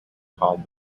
called